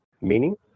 meaning